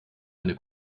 eine